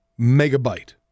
megabyte